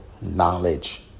knowledge